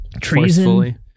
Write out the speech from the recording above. treason